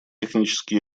технические